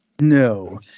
no